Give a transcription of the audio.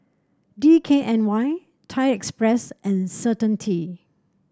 D K N Y Thai Express and Certainty